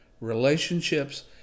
Relationships